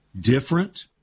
different